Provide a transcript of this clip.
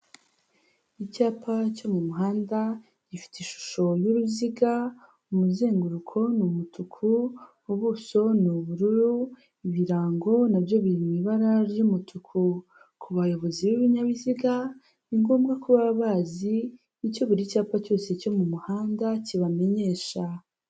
Icyapa cyo mu muhanda gifite ishusho y'uruziga, umuzenguruko ni umutuku, ubuso ni ubururu, ibirango nabyo biri mu ibara ry'umutuku, ku bayobozi b'ibinyabiziga ni ngombwa ko baba bazi icyo buri cyapa cyose cyo mu muhanda kibamenyesha.